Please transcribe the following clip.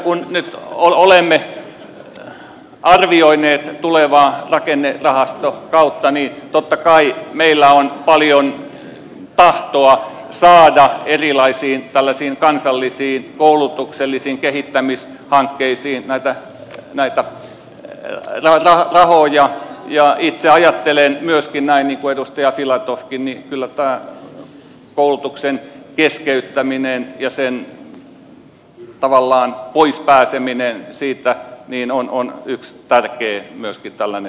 kun nyt olemme arvioineet tulevaa rakennerahastokautta niin totta kai meillä on paljon tahtoa saada erilaisiin kansallisiin koulutuksellisiin kehittämishankkeisiin näitä rahoja ja itse ajattelen myöskin näin niin kuin edustaja filatovkin että kyllä tämä koulutuksen keskeyttämisestä tavallaan pois pääseminen siitä vienon on yks tarpeen myös pirkkalan